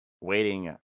waiting